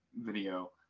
video